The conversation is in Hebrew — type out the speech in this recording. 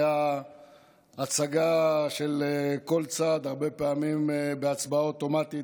הייתה הצגה של כל צד הרבה פעמים בהצבעה אוטומטית,